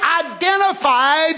identified